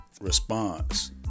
response